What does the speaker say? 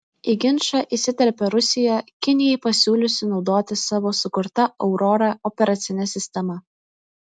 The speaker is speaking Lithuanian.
į ginčą įsiterpė rusija kinijai pasiūliusi naudotis savo sukurta aurora operacine sistema